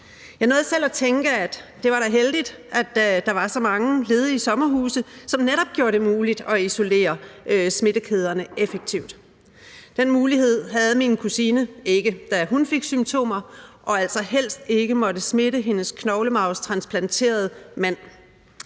Jeg nåede selv at tænke, at det var da heldigt, at der var så mange ledige sommerhuse, hvilket netop gjorde det muligt at isolere smittekæderne effektivt. Den mulighed havde min kusine ikke, da hun fik symptomer og altså helst ikke måtte smitte sin knoglemarvstransplanterede mand.